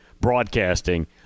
broadcasting